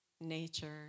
nature